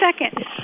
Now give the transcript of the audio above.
second